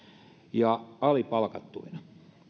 ja alipalkattuina